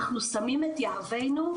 אנחנו שמים את יהבינו,